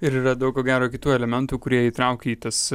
ir yra daug ko gero kitų elementų kurie įtraukia į tas